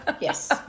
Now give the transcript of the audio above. Yes